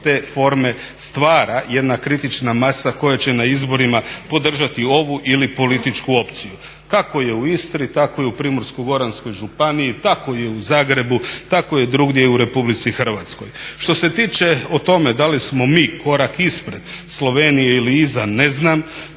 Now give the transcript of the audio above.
te forme stvara jedna kritična masa koja će na izborima podržati ovu ili političku opciju. Kako je u Istri, tako je i u Primorsko-goranskoj županiji, tako je u Zagrebu, tako je drugdje u Republici Hrvatskoj. Što se tiče o tome da li smo mi korak ispred Slovenije ili iza, ne znam,